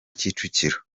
kicukiro